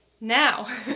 Now